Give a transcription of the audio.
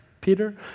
Peter